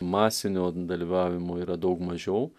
masinio dalyvavimo yra daug mažiau